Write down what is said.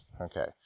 Okay